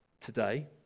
today